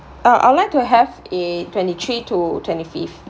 uh I would like to have a twenty-three to twenty-fifth